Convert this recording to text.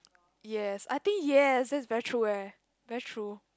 yes I think yes that's very true eh very true